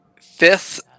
Fifth